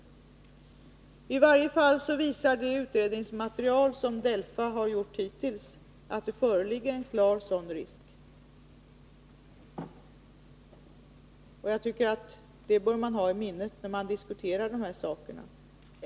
Det utredningsmaterial som DELFA hittills har tagit fram visar att det föreligger en klar sådan risk. Det bör man ha i minnet när man diskuterar dessa saker.